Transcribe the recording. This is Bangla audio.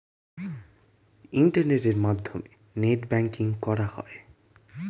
ইন্টারনেটের মাধ্যমে নেট ব্যাঙ্কিং করা হয়